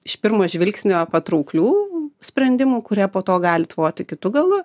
iš pirmo žvilgsnio patrauklių sprendimų kurie po to gali tvoti kitu galu